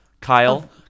Kyle